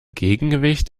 gegengewicht